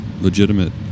legitimate